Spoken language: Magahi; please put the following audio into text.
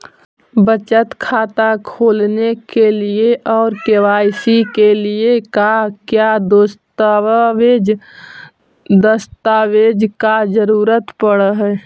बचत खाता खोलने के लिए और के.वाई.सी के लिए का क्या दस्तावेज़ दस्तावेज़ का जरूरत पड़ हैं?